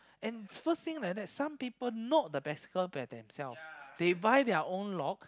and first thing like that some people not the bicycle by themselves they buy their own lock